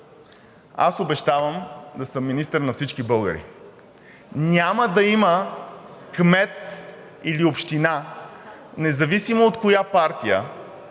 аз обещавам да съм министър на всички българи. Няма да има кмет или община, независимо от коя партия,